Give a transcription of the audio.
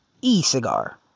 e-cigar